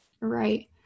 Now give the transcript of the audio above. Right